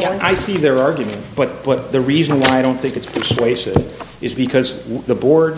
might i see their argument but what the reason why i don't think it's complacent is because the board